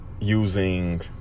using